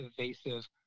evasive